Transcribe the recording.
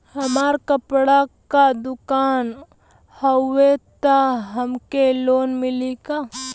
हमार कपड़ा क दुकान हउवे त हमके लोन मिली का?